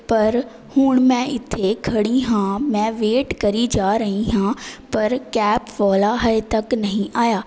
ਪਰ ਹੁਣ ਮੈਂ ਇੱਥੇ ਖੜ੍ਹੀ ਹਾਂ ਮੈਂ ਵੇਟ ਕਰੀ ਜਾ ਰਹੀ ਹਾਂ ਪਰ ਕੈਬ ਵਾਲਾ ਹਜੇ ਤੱਕ ਨਹੀਂ ਆਇਆ